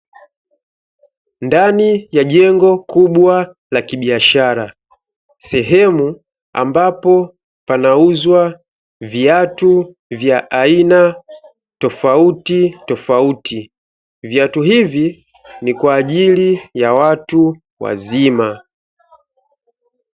Ndani ya jengo kubwa la kibiashara. Sehemu ambapo panauzwa viatu vya aina tofautitofauti, viatu hivi ni kwajili ya watu wazima.